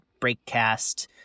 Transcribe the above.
Breakcast